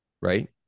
right